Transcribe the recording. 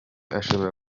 ashobora